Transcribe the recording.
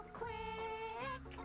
quick